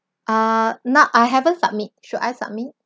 uh not I haven't submit should I submit